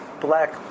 black